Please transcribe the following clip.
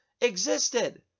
existed